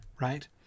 Right